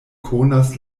konas